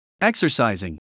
exercising